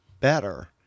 better